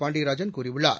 பாண்டியராஜன் கூறியுள்ளார்